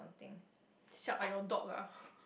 siak ah you are dog ah